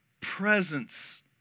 presence